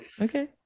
Okay